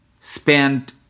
spent